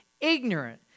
ignorant